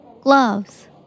Gloves